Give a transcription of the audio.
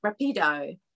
rapido